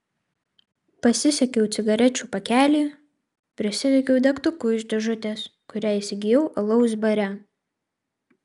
pasisiekiau cigarečių pakelį prisidegiau degtuku iš dėžutės kurią įsigijau alaus bare